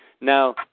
Now